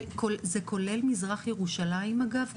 זה כולל מזרח ירושלים אגב?